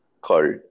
called